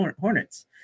hornets